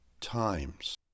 times